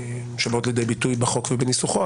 שבאות לידי ביטוי בחוק ובניסוחו.